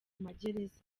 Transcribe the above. magereza